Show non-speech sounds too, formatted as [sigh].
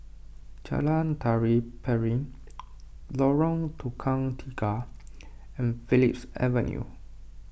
Jalan Tari Piring [noise] Lorong Tukang Tiga [noise] and Phillips Avenue